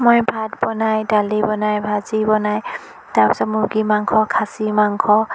মই ভাত বনাই দালি বনাই ভাজি বনাই তাৰ পিছত মুৰ্গী মাংস খাচি মাংস